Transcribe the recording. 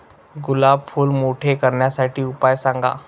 गुलाब फूल मोठे करण्यासाठी उपाय सांगा?